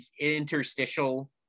interstitial